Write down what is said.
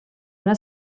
una